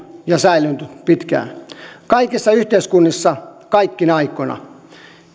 ja säilynyt pitkään kaikissa yhteiskunnissa kaikkina aikoina